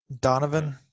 Donovan